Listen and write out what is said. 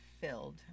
filled